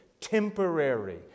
temporary